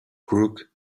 crook